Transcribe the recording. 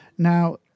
Now